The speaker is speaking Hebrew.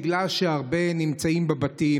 בגלל שהרבה נמצאים בבתים,